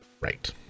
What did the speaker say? Right